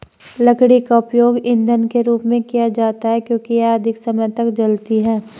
लकड़ी का उपयोग ईंधन के रूप में किया जाता है क्योंकि यह अधिक समय तक जलती है